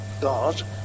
God